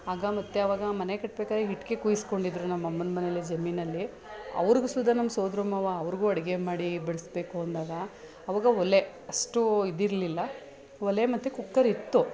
ಆಗ ಮತ್ತು ಅವಾಗ ಮನೆ ಕಟ್ಬೇಕಾದ್ರೆ ಇಟ್ಟಿಗೆ ಕುಯ್ಸ್ಕೊಂಡಿದ್ರು ನಮ್ಮಮ್ಮನ ಮನೆಯಲ್ಲಿ ಜಮೀನಲ್ಲಿ ಅವ್ರಿಗೂ ಸುಧಾ ನಮ್ಮ ಸೋದ್ರ ಮಾವ ಅವ್ರಿಗೂ ಅಡುಗೆ ಮಾಡಿ ಬಡಿಸ್ಬೇಕು ಅಂದಾಗ ಅವಾಗ ಒಲೆ ಅಷ್ಟು ಇದಿರಲಿಲ್ಲ ಒಲೆ ಮತ್ತೆ ಕುಕ್ಕರ್ ಇತ್ತು